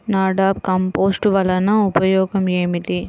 NADEP compost వలన ఉపయోగం ఏమిటి?